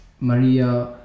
Maria